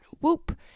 Whoop